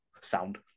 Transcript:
sound